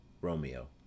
Romeo